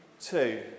two